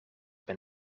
ben